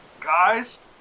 Guys